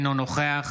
אינו נוכח